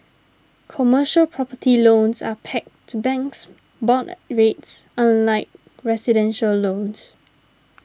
commercial property loans are pegged to banks board rates unlike residential loans